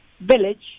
village